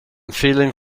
feeling